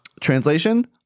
Translation